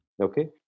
Okay